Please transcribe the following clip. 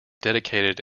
dedicated